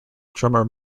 drummer